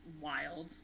wild